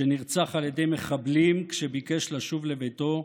שנרצח על ידי מחבלים כשביקש לשוב לביתו.